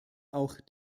auch